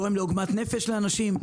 זה גורם עוגמת נפש לאנשים.